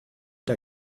der